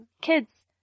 Kids